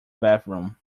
bathroom